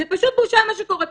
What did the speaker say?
זה פשוט בושה מה שקורה פה.